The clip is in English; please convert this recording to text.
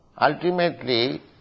ultimately